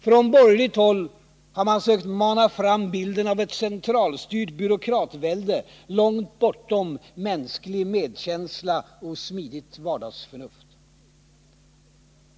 Från borgerligt håll har man sökt mana fram bilden av ett centralstyrt byråkratvälde långt bortom mänsklig medkänsla och smidigt vardagsförnuft.